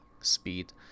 speed